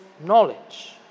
knowledge